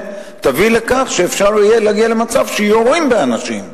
תביא לכך שאפשר יהיה להגיע למצב שיורים באנשים.